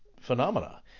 phenomena